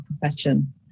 profession